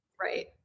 right